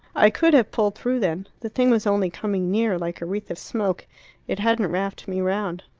i could have pulled through then the thing was only coming near, like a wreath of smoke it hadn't wrapped me round.